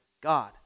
God